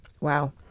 Wow